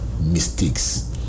mistakes